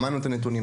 שמענו את הנתונים,